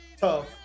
tough